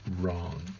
wrong